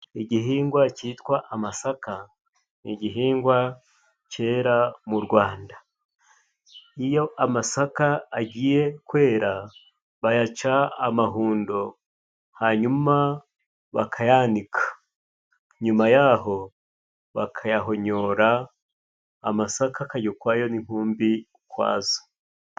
Igihingwa cyitwa amasaka ni igihingwa cyera mu Rwanda. Iyo amasaka agiye kwera, bayaca amahundo, hanyuma bakayanika. Nyuma yaho, bakayahonyora, amasaka akajya ukwayo n'inkumbi ukwazo.